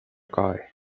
guy